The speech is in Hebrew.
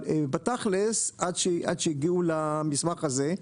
אבל בתכלס עד שהגיעו למסמך הזה,